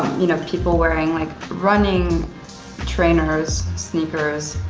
you know, people wearing like running trainers, sneakers,